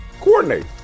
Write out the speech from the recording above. Coordinate